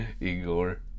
Igor